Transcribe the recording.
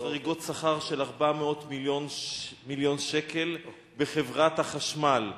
חריגות שכר של 400 מיליון שקל בחברת החשמל.